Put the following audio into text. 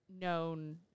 Known